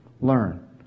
Learn